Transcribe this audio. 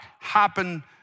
happen